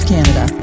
Canada